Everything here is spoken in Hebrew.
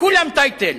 כולם טייטל.